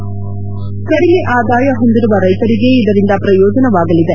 ಆದಾಯ ಕಡಿಮೆ ಹೊಂದಿರುವ ರೈತರಿಗೆ ಇದರಿಂದ ಪ್ರಯೋಜನವಾಗಲಿದೆ